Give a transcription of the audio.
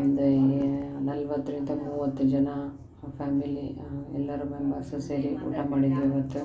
ಒಂದು ಎ ನಲ್ವತ್ತರಿಂದ ಮೂವತ್ತು ಜನ ಫ್ಯಾಮಿಲಿ ಎಲ್ಲರು ಮೆಂಬರ್ಸು ಸೇರಿ ಊಟ ಮಾಡಿದ್ವಿ ಅವತ್ತು